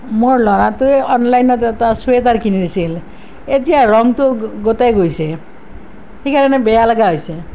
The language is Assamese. মোৰ ল'ৰাটোৱে অনলাইনত এটা চুৱেটাৰ কিনি দিছিল এতিয়া ৰংটো গোটেই গৈছে সেইকাৰণে বেয়া লগা হৈছে